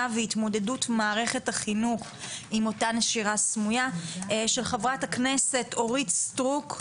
והתמודדות מערכת החינוך עם אותה נשירה סמויה של חה"כ אורית סטרוק,